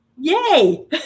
Yay